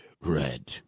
red